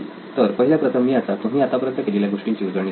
तर पहिल्या प्रथम मी आत्ता तुम्ही आतापर्यंत केलेल्या गोष्टींची उजळणी करतो